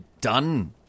done